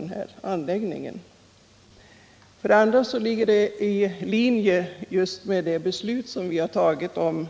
Det andra motivet är att anläggningen ligger i linje med det beslut vi har tagit om